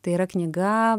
tai yra knyga